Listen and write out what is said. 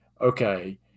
okay